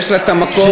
יש לה את המקום,